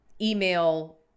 email